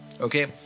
Okay